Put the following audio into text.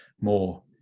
more